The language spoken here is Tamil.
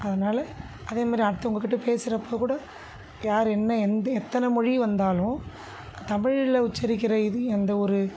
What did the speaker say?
அதனால் அதேமாதிரி அடுத்தவங்கக்கிட்ட பேசுகிறப்பக்கூட யார் என்ன எந்த எத்தனை மொழி வந்தாலும் தமிழில் உச்சரிக்கின்ற இது எந்தவொரு